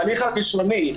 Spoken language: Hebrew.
מהתהליך הראשוני.